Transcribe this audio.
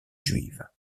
juive